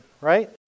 right